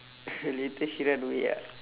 later she run away ah